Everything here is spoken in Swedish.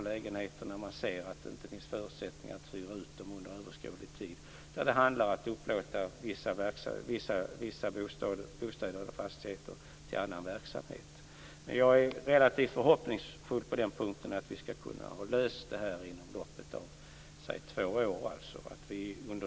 Jag är relativt förhoppningsfull på den punkten att vi skall kunna ha löst detta problem inom loppet av två år.